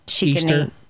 Easter